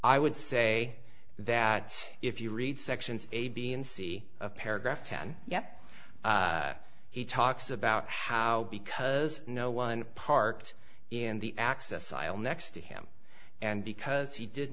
i would say that if you read sections a b and c a paragraph ten yet he talks about how because no one parked in the access aisle next to him and because he did